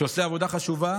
שעושה עבודה חשובה,